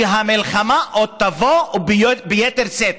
שהמלחמה עוד תבוא וביתר שאת.